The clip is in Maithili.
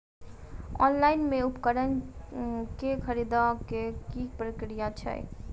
ऑनलाइन मे उपकरण केँ खरीदय केँ की प्रक्रिया छै?